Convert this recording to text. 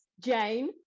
Jane